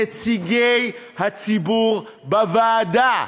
נציגי הציבור בוועדה.